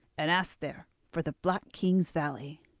and ask there for the black king's valley,